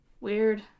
Weird